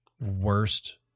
worst